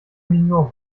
mignon